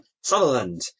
Sutherland